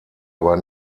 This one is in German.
aber